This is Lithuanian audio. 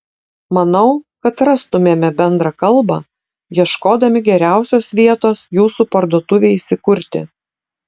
manau kad rastumėme bendrą kalbą ieškodami geriausios vietos jūsų parduotuvei įsikurti